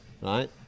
right